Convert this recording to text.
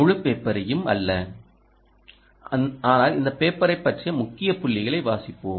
முழு பேப்பரையும் அல்ல ஆனால் இந்த பேப்பரைப் பற்றிய முக்கிய புள்ளிகளை வாசிப்போம்